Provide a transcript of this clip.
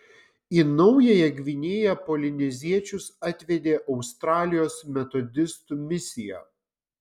į naująją gvinėją polineziečius atvedė australijos metodistų misija